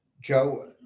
Joe